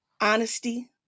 honesty